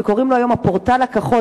שקוראים לו היום "הפורטל הכחול",